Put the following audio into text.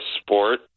sport